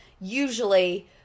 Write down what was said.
usually